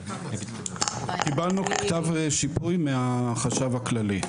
קיבלנו כתב שיפוי מהחשב הכללי.